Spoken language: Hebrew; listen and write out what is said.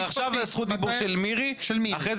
עכשיו זכות הדיבור של מירי ולאחר מכן של